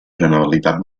generalitat